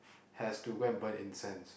has to go and burn incense